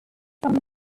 from